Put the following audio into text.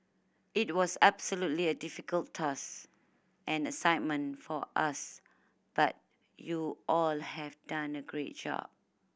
it was absolutely a difficult task and assignment for us but you all have done a great job